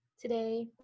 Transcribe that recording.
today